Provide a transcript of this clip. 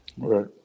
Right